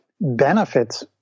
benefits